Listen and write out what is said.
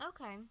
Okay